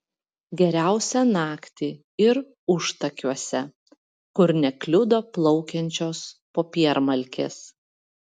geriausia naktį ir užtakiuose kur nekliudo plaukiančios popiermalkės